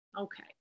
Okay